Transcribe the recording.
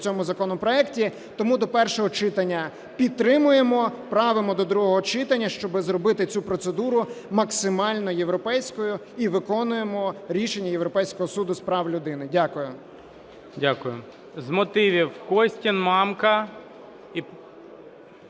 цьому законопроекті, тому до першого читання підтримуємо, правимо до другого читання, щоб зробити цю процедуру максимально європейською, і виконуємо рішення Європейського суду з прав людини. Дякую.